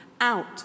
out